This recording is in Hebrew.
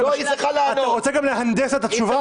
אתה רוצה גם להנדס את התשובה?